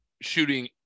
shooting